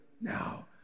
now